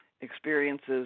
experiences